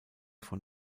von